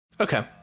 Okay